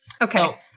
Okay